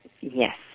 Yes